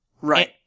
Right